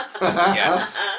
yes